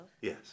Yes